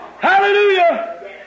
Hallelujah